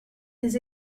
des